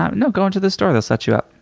um no. go into the store. they'll set you up.